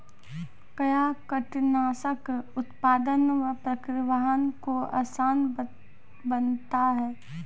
कया कीटनासक उत्पादन व परिवहन को आसान बनता हैं?